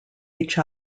each